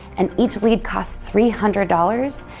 and each lead costs three hundred dollars,